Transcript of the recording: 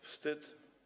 Wstyd!